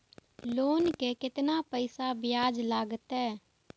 Loan के केतना पैसा ब्याज लागते?